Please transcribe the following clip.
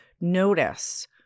notice